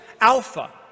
Alpha